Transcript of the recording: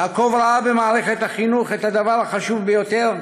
יעקב ראה במערכת החינוך את הדבר החשוב ביותר,